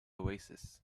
oasis